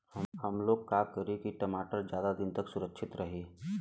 हमलोग का करी की टमाटर ज्यादा दिन तक सुरक्षित रही?